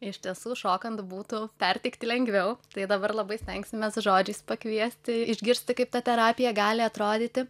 iš tiesų šokant būtų perteikti lengviau tai dabar labai stengsimės žodžiais pakviesti išgirsti kaip ta terapija gali atrodyti